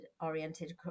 oriented